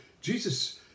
Jesus